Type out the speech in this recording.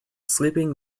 sleeping